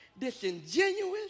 disingenuous